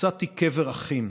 מצאתי קבר אחים